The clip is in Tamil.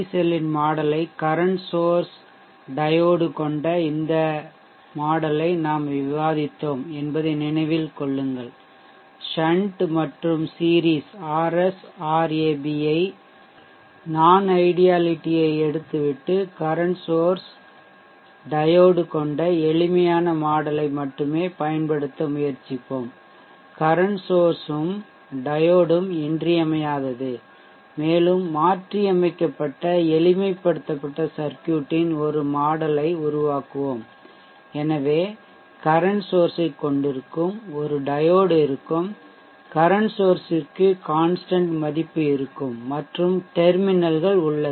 செல்லின் மாடல் யை கரன்ட் சோர்ஷ் டையோடு கொண்ட இந்த மாதிரிமாடல்யை நாம் விவாதித்தோம் என்பதை நினைவில் கொள்ளுங்கள் ஷன்ட் மற்றும் சீரிஸ் RS Rab நான்ஐடியாலிட்டி ஐ எடுத்துவிட்டு கரன்ட் சோர்ஷ் டையோடு கொண்ட எளிமையான மாடல் ஐ மட்டுமே பயன்படுத்த முயற்சிப்போம் கரன்ட் சோர்ஷ்மும் டையோடும் இன்றியமையாதது மேலும் மாற்றியமைக்கப்பட்ட எளிமைப்படுத்தப்பட்ட சர்க்யூட்டின் ஒரு மாடல் ஐ உருவாக்குவோம் எனவே கரன்ட் சோர்ஷ் ஐ கொண்டிருக்கும் ஒரு டையோடு இருக்கும் கரன்ட் சோர்ஷ் ற்கு கான்ஸ்ட்ன்ட் மதிப்பு இருக்கும் மற்றும் டெர்மினல்கள் உள்ளது